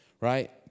right